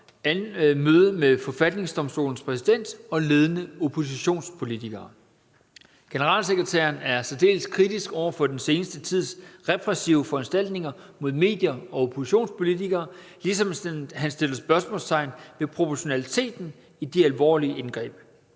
møde med forfatningsdomstolens præsident og ledende oppositionspolitikere. Generalsekretæren er særdeles kritisk over for den seneste tids repressive foranstaltninger mod medier og oppositionspolitikere, ligesom han satte spørgsmålstegn ved proportionaliteten i de alvorlige indgreb.